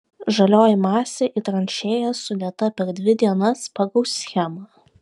žalioji masė į tranšėjas sudėta per dvi dienas pagal schemą